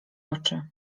oczy